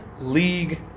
League